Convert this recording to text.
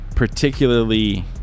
particularly